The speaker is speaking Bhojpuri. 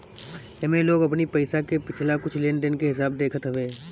एमे लोग अपनी पईसा के पिछला कुछ लेनदेन के हिसाब देखत हवे